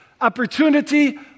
opportunity